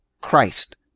Christ